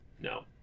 No